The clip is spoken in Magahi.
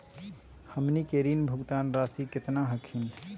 हमनी के ऋण भुगतान रासी केतना हखिन?